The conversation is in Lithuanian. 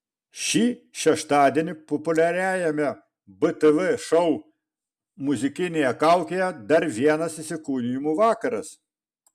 šį šeštadienį populiariajame btv šou muzikinėje kaukėje dar vienas įsikūnijimų vakaras